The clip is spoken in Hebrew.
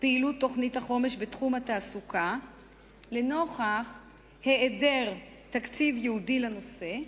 היישום של תוכנית החומש בתחום התעסוקה בשל העדר תקציב ייעודי לנושא,